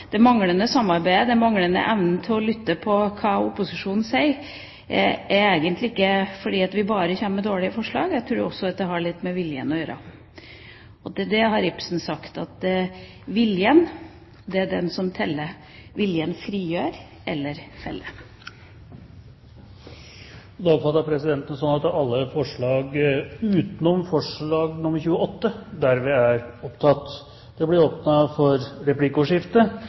det manglende samarbeidet, den manglende evnen til å lytte til hva opposisjonen sier, egentlig ikke skyldes at vi bare kommer med dårlige forslag, jeg tror også det har litt med viljen å gjøre. Til det har Ibsen sagt: Viljen, det er den som teller, viljen frigjør eller feller. Da oppfattet presidenten det slik at alle forslag, utenom forslag nr. 28, er tatt opp. Representanten Trine Skei Grande har altså tatt opp de forslagene hun refererte til. Det blir replikkordskifte.